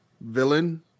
villain